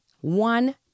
one